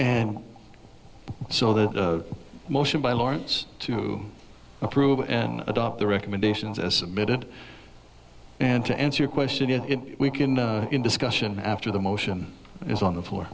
and so that a motion by lawrence to approve and adopt the recommendations as submitted and to answer your question if we can in discussion after the motion is on the floor